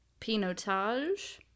Pinotage